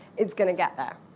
it's going to get there.